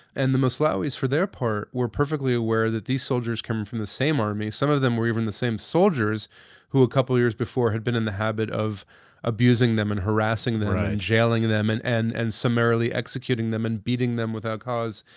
and the moslawis for their part were perfectly aware that these soldiers come from the same army. some of them were even the same soldiers who a couple of years before had been in the habit of abusing them and harassing them and jailing them and and summarily executing them and beating them without cause,